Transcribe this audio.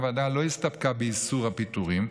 הוועדה לא הסתפקה באיסור הפיטורים,